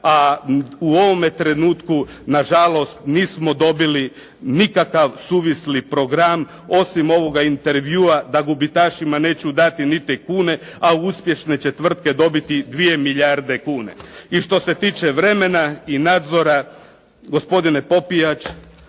a u ovome trenutku nažalost mi smo dobili nikakav suvisli program osim ovoga intervjua da gubitašima neću dati niti kune, a uspješne će tvrtke dobiti 2 milijarde kuna. I što se tiče vremena i nadzora, gospodine Popijač,